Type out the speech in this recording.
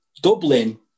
Dublin